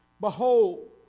Behold